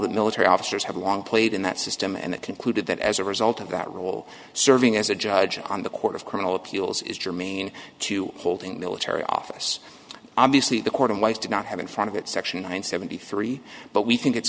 that military officers have long played in that system and it concluded that as a result of that rule serving as a judge on the court of criminal appeals is germane to holding military office obviously the court of life did not have in front of it section one hundred seventy three but we think its